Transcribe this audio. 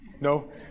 No